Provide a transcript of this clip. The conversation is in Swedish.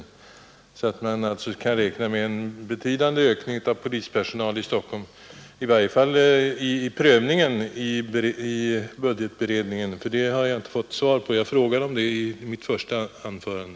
I så fall synes man nämligen kunna räkna med ett relativt betydande krav på ökning av polispersonalen i Stockholm i form av totalt äskanden till regeringen vid dess budgetberedning. Jag har inte fått svar på denna fråga, som jag ställde redan i mitt första anförande.